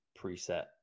preset